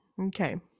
okay